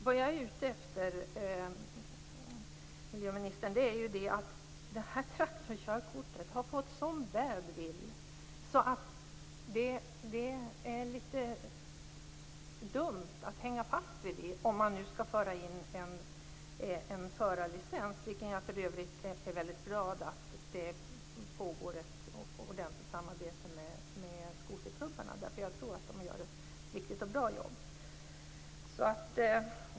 Det jag är ute efter, miljöministern, är att det här traktorkörkortet har fått sådan "badwill" att det är litet dumt att hänga fast vid det om man skall föra in en förarlicens, vilken jag för övrigt är mycket glad åt att det pågår ett ordentligt samarbete med skoterklubbarna om. Jag tror att de gör ett viktigt och bra jobb.